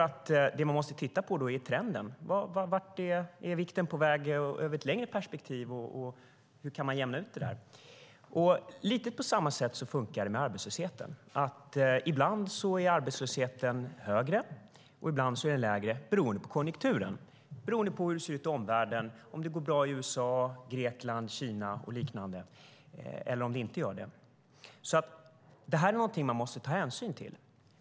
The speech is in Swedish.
Men det man måste titta på här är trenden. Vart är vikten på väg i ett längre perspektiv? Hur kan man jämna ut det? Lite på samma sätt funkar det med arbetslösheten. Ibland är arbetslösheten högre, ibland lägre beroende på konjunkturen och hur det ser ut i omvärlden, om det går bra i till exempel USA, Grekland och Kina eller inte. Detta måste man ta hänsyn till.